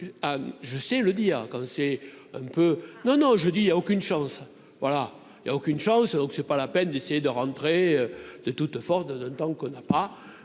je sais le dire quand c'est un peu non, non, je dis il y a aucune chance, voilà, il y a aucune chance, donc c'est pas la peine d'essayer de rentrer de toute force de temps qu'on n'a pas